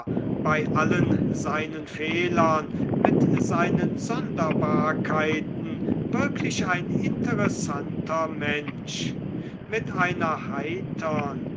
bei allen seinen fehlern mit seinen sonderbarkeiten wirklich ein interessanter mensch mit einer heitern